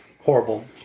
horrible